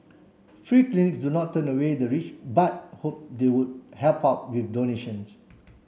free clinics do not turn away the rich but hope they would help out with donations